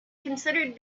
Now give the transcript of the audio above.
considered